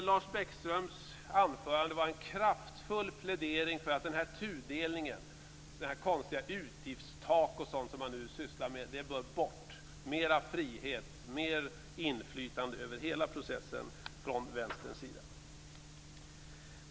Lars Bäckströms anförande var en kraftfull plädering för att denna tudelning med konstiga utgiftstak och sådant som man nu sysslar med bör bort och att det skall vara mer frihet och mer inflytande över hela processen från Vänstern.